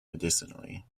medicinally